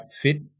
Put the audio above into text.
fit